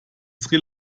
sri